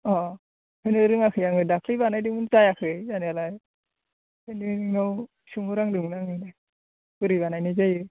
अह होनो रोङाखै आङो दाखालै बानायदोंमोन जायाखै जानायालाय बेखायनो नोंनाव सोंहरहांदोंमोन आङो बोरै बानायनाय जायो